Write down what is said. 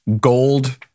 gold